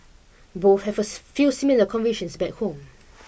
both have a few similar convictions back home